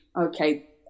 okay